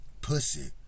Pussy